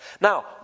Now